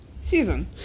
...season